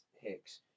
Hicks